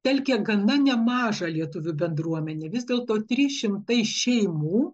telkė gana nemaža lietuvių bendruomenę vis dėlto trys šimtai šeimų